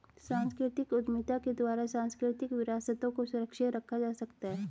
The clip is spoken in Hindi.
सांस्कृतिक उद्यमिता के द्वारा सांस्कृतिक विरासतों को सुरक्षित रखा जा सकता है